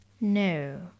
No